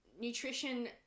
nutrition